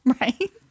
right